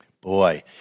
Boy